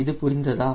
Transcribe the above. இது புரிந்ததா